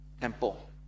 temple